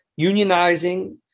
unionizing